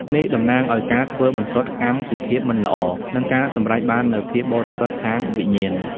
នេះតំណាងឱ្យ ការធ្វីបន្សុតកម្មពីភាពមិនល្អ និងការសម្រេចបាននូវភាពបរិសុទ្ធខាងវិញ្ញាណ។